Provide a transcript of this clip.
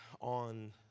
on